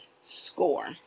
Score